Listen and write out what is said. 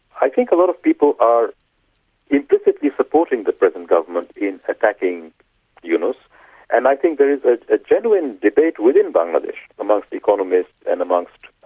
i think a lot of people are implicitly supporting the present government in attacking yunus and i think there is a genuine debate within bangladesh amongst economists and amongst